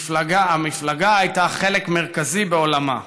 המפלגה הייתה חלק מרכזי בעולמה.